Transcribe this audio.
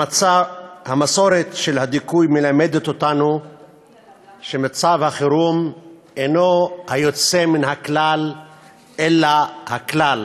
המסורת של הדיכוי מלמדת אותנו שמצב החירום אינו היוצא מן הכלל אלא הכלל,